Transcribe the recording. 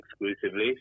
exclusively